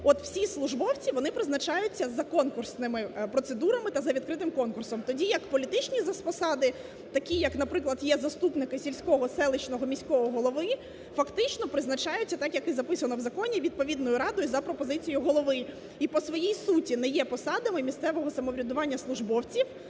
От всі службовці вони призначаються за конкурсними процедурами та за відкритим тоді як політичні посади такі, як, наприклад, є заступник сільського, селищного, міського голови фактично призначаються так, як і записано в законі відповідною радою за пропозицією голови, і по своїй суті не є посадами місцевого самоврядування службовців